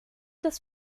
des